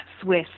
swiss